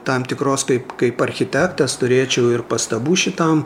tam tikros kaip kaip architektas turėčiau ir pastabų šitam